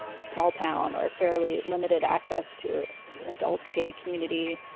small town or a fairly limited access to adult gay community,